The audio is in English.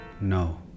No